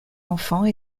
enfants